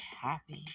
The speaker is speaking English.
happy